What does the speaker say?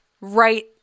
right